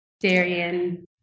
Darian